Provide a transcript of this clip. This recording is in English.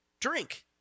drink